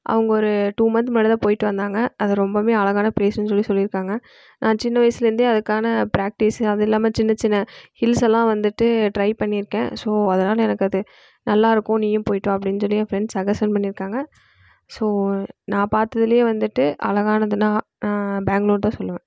அவங்க ஒரு two month முன்னாடி தான் போயிட்டு வந்தாங்க அது ரொம்பவுமே அழகான பிளேஸ்னு சொல்லி சொல்லியிருக்காங்க நான் சின்ன வயசில் இருந்தே அதுக்கான ப்ராக்ட்டீஸ் அதுவும் இல்லாமல் சின்ன சின்ன ஹில்ஸ் எல்லாம் வந்துட்டு ட்ரை பண்ணியிருக்கேன் ஸோ அதனால் எனக்கு அது நல்லா இருக்கும் நீயும் போயிட்டு வா அப்படினு சொல்லி என் ஃபரெண்ட்ஸ் சட்ஜஸன் பண்ணியிருக்காங்க ஸோ நான் பார்த்ததுலையே வந்துட்டு அழகானதுனால் பேங்களூர் தான் சொல்லுவேன்